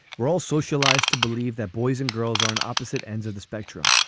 we're all socialized to believe that boys and girls are on opposite ends of the spectrum.